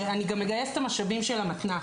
אני גם מגייסת את המשאבים של המתנ"ס.